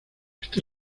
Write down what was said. éste